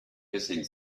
hissing